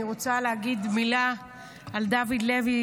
אני רוצה להגיד מילה על דוד לוי,